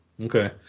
Okay